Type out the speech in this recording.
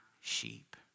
sheep